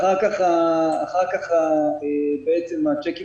אחר-כך, בעצם הצ'קים